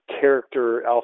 character